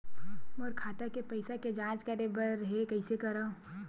मोर खाता के पईसा के जांच करे बर हे, कइसे करंव?